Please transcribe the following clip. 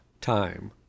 time